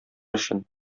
өчен